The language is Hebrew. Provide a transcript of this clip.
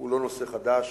הוא לא נושא חדש,